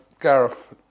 Gareth